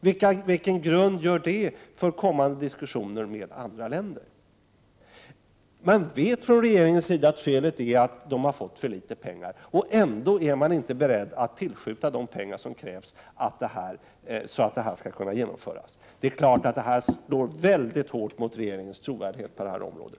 Vilken grund ger det för kommande diskussioner med andra länder? Regeringen vet att felet är att för litet pengar har anslagits, och ändå är man inte beredd att tillskjuta medel för att mätningarna skall kunna genomföras. Självfallet slår detta mycket hårt mot regeringens trovärdighet på det här området.